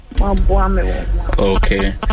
Okay